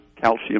calcium